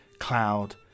cloud